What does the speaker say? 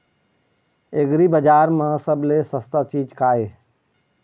एग्रीबजार म सबले सस्ता चीज का ये?